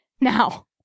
Now